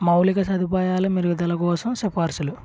మౌలిక సదుపాయాల మెరుగుదల కోసం సిపార్సులు